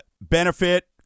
benefit